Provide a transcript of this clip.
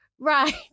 Right